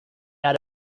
out